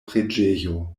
preĝejo